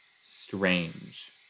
strange